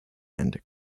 and